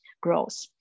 growth